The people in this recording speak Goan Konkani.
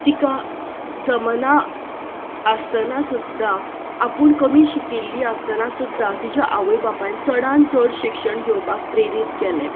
तिका जमना आसतना सुद्दां आपूण कमी शिकिल्ली आसतना सुद्दां तिजी आवय बापायन चडान चड शिक्षण घेवपाक प्रेरीत केल्लें